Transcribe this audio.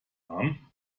arm